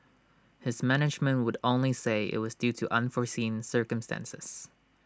his management would only say IT was due to unforeseen circumstances